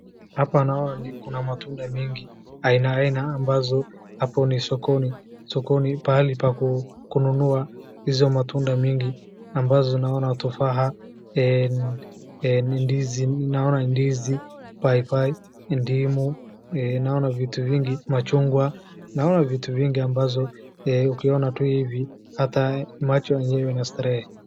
Hapa naona kuna matunda mengi aina aina ambapo hapo ni sokoni. Sokoni pahali pa kununua hizo matunda mingi ambazo naona tufaa, ndizi, naona ndizi, paipai, ndimu, naona vitu vingi, machungwa, naona vitu vingi ambavyo ukiona tu hivi macho yenyewe inastarehe.